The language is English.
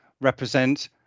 represent